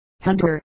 Hunter